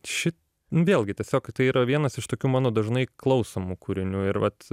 ši vėlgi tiesiog tai yra vienas iš tokių mano dažnai klausomų kūrinių ir vat